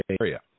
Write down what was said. Area